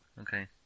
Okay